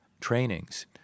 trainings